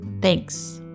Thanks